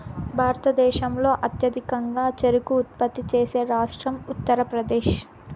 భారతదేశంలో అత్యధికంగా చెరకు ఉత్పత్తి చేసే రాష్ట్రం ఉత్తరప్రదేశ్